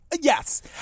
Yes